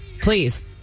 Please